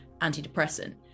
antidepressant